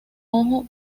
ojo